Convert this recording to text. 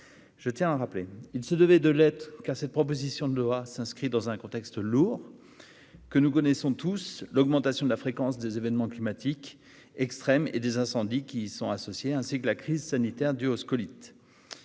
avec son auteur. Il devait en être ainsi, car cette proposition de loi s'inscrit dans un contexte lourd, que nous connaissons tous : l'augmentation de la fréquence des événements climatiques extrêmes et des incendies qui y sont associés, ainsi que la crise sanitaire due aux scolytes.